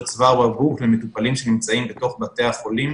צוואר בקבוק למטופלים שנמצאים בתוך בתי החולים.